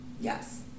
Yes